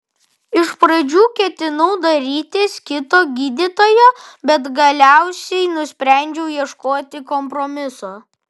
iš pradžių ketinau dairytis kito gydytojo bet galiausiai nusprendžiau ieškoti kompromiso